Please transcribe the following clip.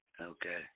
okay